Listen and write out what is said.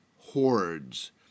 Hordes